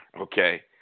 okay